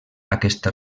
aquesta